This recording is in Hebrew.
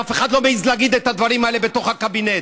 ואף אחד לא מעז להגיד את הדברים האלה בתוך הקבינט,